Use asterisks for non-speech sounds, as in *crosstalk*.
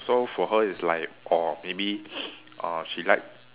so for her it's like orh maybe *noise* uh she like